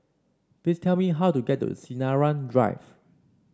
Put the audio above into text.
please tell me how to get to Sinaran Drive